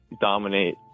dominate